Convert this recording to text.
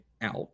out